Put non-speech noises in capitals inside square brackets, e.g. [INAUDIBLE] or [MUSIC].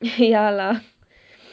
[LAUGHS] ya lah